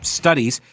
studies